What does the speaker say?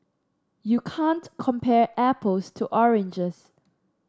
you can't compare apples to oranges